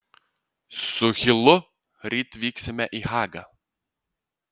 su hilu ryt vyksime į hagą